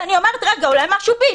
ואני אומרת: רגע, אולי משהו בי.